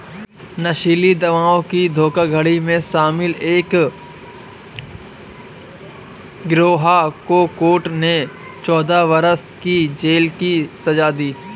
नशीली दवाओं की धोखाधड़ी में शामिल एक गिरोह को कोर्ट ने चौदह वर्ष की जेल की सज़ा दी